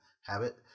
habit